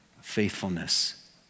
faithfulness